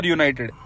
United